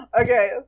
Okay